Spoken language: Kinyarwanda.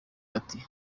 ati